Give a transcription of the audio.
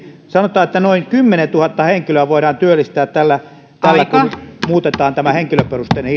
sanotaan että noin kymmenentuhatta henkilöä voidaan työllistää tällä kun muutetaan henkilöperusteinen